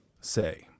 say